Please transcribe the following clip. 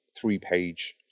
three-page